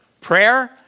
prayer